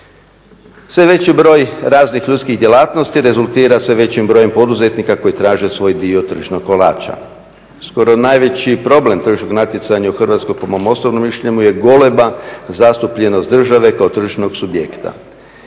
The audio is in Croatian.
Sve već broj raznih ljudskih djelatnosti rezultira se većim brojem poduzetnika koji traže svoj dio tržišnog kolača. Skoro najveći problem tržišnog natjecanja u Hrvatskoj po mom osobnom mišljenju je golema zastupljenost države kao tržišnog subjekta.